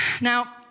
Now